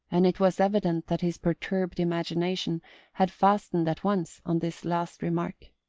and it was evident that his perturbed imagination had fastened at once on this last remark.